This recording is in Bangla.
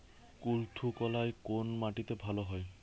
কুলত্থ কলাই কোন মাটিতে ভালো হয়?